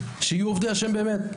שיהיו עובדי השם באמת.